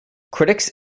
critics